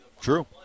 true